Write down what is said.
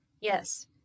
Yes